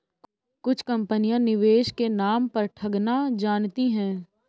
कुछ कंपनियां निवेश के नाम पर ठगना जानती हैं